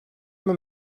man